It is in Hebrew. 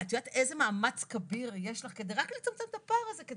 את יודעת איזה מאמץ כביר יש לך כדי רק לצמצם את הפער הזה.